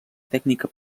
tècnica